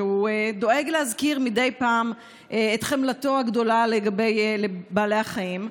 שדואג להזכיר מדי פעם את חמלתו הגדולה לבעלי החיים.